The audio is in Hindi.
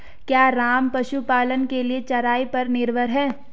क्या राम पशुपालन के लिए चराई पर निर्भर है?